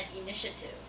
initiative